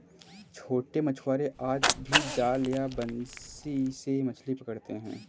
छोटे मछुआरे आज भी जाल या बंसी से मछली पकड़ते हैं